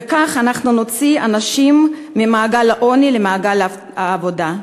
וכך אנחנו נוציא אנשים ממעגל העוני למעגל העבודה.